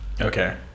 okay